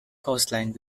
coastline